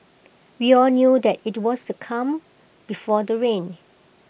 we all knew that IT was the calm before the rain